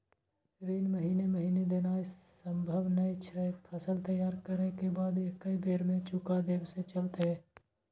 ऋण महीने महीने देनाय सम्भव नय छै, फसल तैयार करै के बाद एक्कै बेर में चुका देब से चलते?